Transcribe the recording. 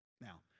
Now